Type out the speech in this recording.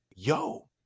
Yo